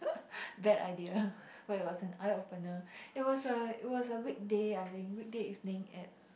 bad idea but it was an eye opener it was a it was a weekday I think weekday evening at